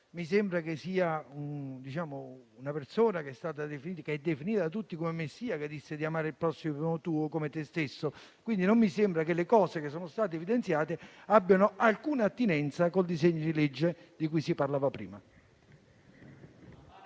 Mi sembra che una persona definita da tutti come il Messia disse di amare il prossimo nostro come noi stessi e, quindi, non mi sembra che le cose evidenziate abbiano alcuna attinenza con il disegno di legge di cui si parlava prima.